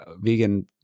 vegan